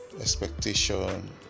expectation